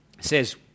says